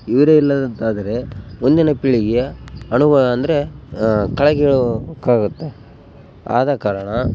ಇವರೆ ಇಲ್ಲದಂತಾದರೆ ಮುಂದಿನ ಪೀಳಿಗೆಯ ಅಣುವ ಅಂದರೆ ಕಳೆಗೀಳುಕಾಗುತ್ತೆ ಆದ ಕಾರಣ